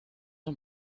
een